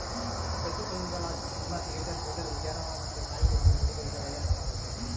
ಪ್ರತಿಫಲನದಲಾಸಿ cinema theatre, hotel, ಉದ್ಯಾನವನ ಮತ್ತೆ ಕಾಯಿಗಡ್ಡೆ ಮಂಡಿಗಳಿಗೆ ಒಳ್ಳೆದ್ನ ಮಾಡೆತೆ